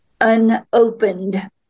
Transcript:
unopened